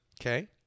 Okay